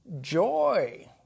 joy